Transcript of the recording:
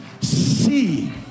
see